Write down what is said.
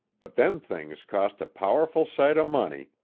but them things cost a powerful sight of money,